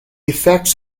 effects